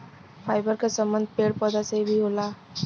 fibre क संबंध पेड़ पौधा से भी होला